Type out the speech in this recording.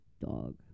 dog